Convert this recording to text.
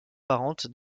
parente